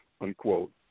unquote